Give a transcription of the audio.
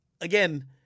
again